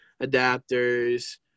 adapters